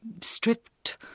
stripped